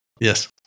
yes